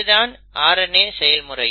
இது தான் RNA செயல்முறை